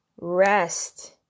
rest